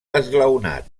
esglaonat